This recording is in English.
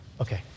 Okay